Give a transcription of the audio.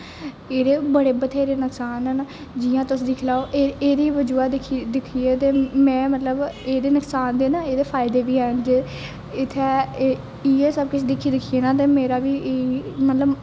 एहदे बडे़ बथेरे नुकसान ना जियां तुस दिक्खी लैओ एहदी बजह दिक्खियै त में मतलब एहदे नुक्सान दे एहदे फायदे बी हैन इत्थै इये सब किश दिक्खी ना मेरा बी मतलब